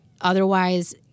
otherwise